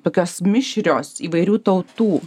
tokios mišrios įvairių tautų